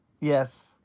Yes